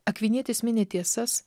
akvinietis mini tiesas